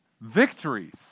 victories